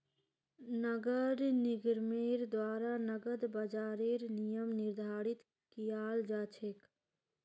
नगर निगमेर द्वारा नकद बाजारेर नियम निर्धारित कियाल जा छेक